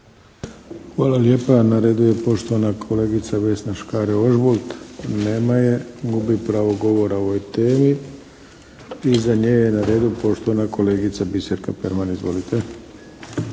Hvala lijepa. Na redu je poštovana kolegica Vesna Škare-Ožbolt. Nema je. Gubi pravo govora o ovoj temi. Iza nje je na redu poštovana kolegica Biserka Perman. Izvolite.